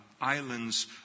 islands